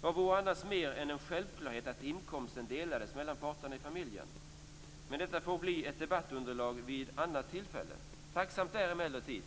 Vad vore annars mer än en självklarhet att inkomsten delades mellan parterna i familjen. Men detta får bli ett debattunderlag vid annat tillfälle. Tacksamt är emellertid